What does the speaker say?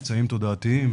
מבצעים תודעתיים,